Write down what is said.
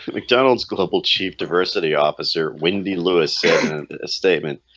mcdonald's global chief diversity officer wendy lewis in a statement